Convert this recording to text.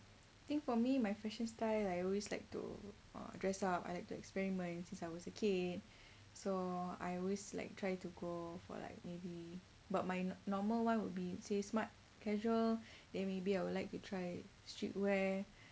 think for me my fashion style I always like to uh dress up I like to experiment since I was a kid so I always like try to go for like maybe but my normal life would be say smart casual then maybe I would like to try streetwear